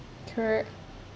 correct